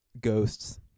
ghosts